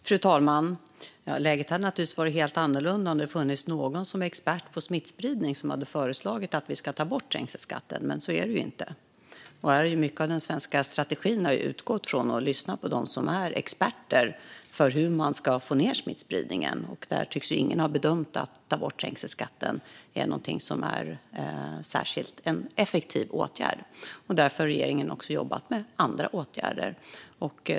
Fru talman! Läget skulle naturligtvis ha varit helt annorlunda om det hade funnits någon expert på smittspridning som hade föreslagit att vi skulle ta bort trängselskatten, men så är det ju inte. Den svenska strategin har utgått mycket från att lyssna på dem som är experter när det gäller hur man ska få ned smittspridningen. Ingen tycks ha bedömt att ett borttagande av trängselskatten är en särskilt effektiv åtgärd. Därför har regeringen också jobbat med andra åtgärder.